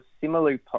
similarly